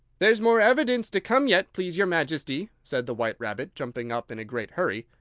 there's more evidence to come yet, please your majesty, said the white rabbit, jumping up in a great hurry